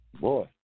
boy